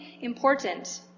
important